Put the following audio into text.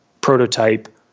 prototype